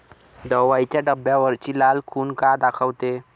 दवाईच्या डब्यावरची लाल खून का दाखवते?